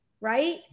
right